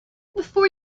before